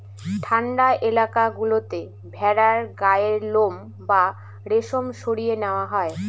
ঠান্ডা এলাকা গুলোতে ভেড়ার গায়ের লোম বা রেশম সরিয়ে নেওয়া হয়